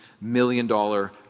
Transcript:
million-dollar